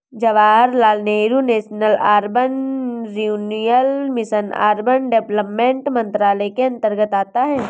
Jawaharlal Nehru national urban renewal mission urban development मंत्रालय के अंतर्गत आता है